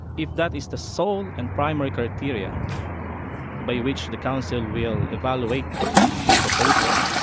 if that is the sole and primary criteria by which the council will evaluate the proposal,